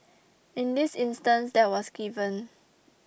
in this instance that was given